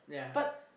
but